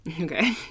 Okay